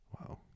Wow